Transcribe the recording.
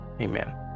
Amen